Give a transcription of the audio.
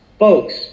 Folks